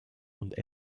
und